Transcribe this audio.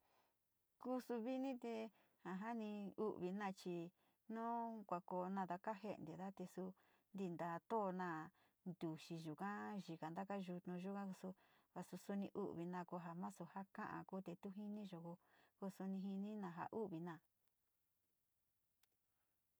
Kuu su vini te ja jani in u´u vina chi no kuakoo kaje´eteda te su tinta too na ntuxi yuka xika taka yutnu yugan su va su suni u´u vina ko vina nasu ja ka´a ku te tu jini yo ko ko suni jini na ja u´u vina.